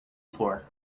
floor